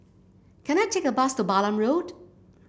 can I take a bus to Balam Road